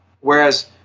Whereas